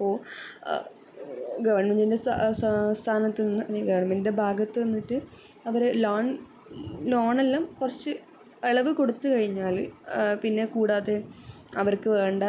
അപ്പോൾ ഗവണ്മെൻറ്റിൻ്റെ സ്ഥാനത്ത് നിന്ന് അല്ലേൽ ഗവൺമെൻറ്റിൻ്റെ ഭാഗത്ത് നിന്നിട്ട് അവർ ലോൺ കൊടുത്തുകഴിഞ്ഞാൽ പിന്നെ കൂടാതെ അവർക്ക് വേണ്ട